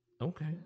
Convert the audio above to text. Okay